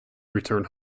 return